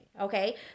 okay